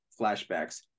flashbacks